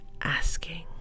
asking